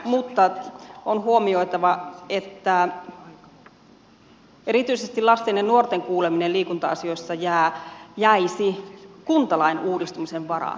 mutta on huomioitava että erityisesti lasten ja nuorten kuuleminen liikunta asioissa jäisi kuntalain uudistumisen varaan